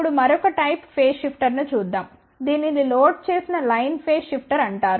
ఇప్పుడు మరొక type phase షిఫ్టర్ను చూద్దాం దీనిని లోడ్ చేసిన లైన్ ఫేజ్ షిఫ్టర్ అంటారు